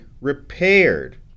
repaired